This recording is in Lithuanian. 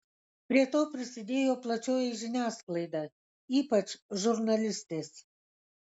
prie to prisidėjo plačioji žiniasklaida ypač žurnalistės